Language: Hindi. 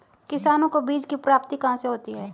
किसानों को बीज की प्राप्ति कहाँ से होती है?